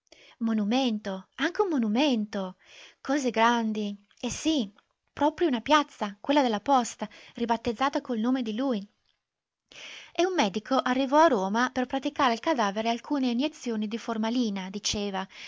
monumento anche un monumento cose grandi e sì proprio una piazza quella della posta ribattezzata col nome di lui e un medico arrivò a roma per praticare al cadavere alcune iniezioni di formalina diceva